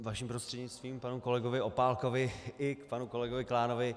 Vaším prostřednictvím k panu kolegovi Opálkovi i k panu kolegovi Klánovi.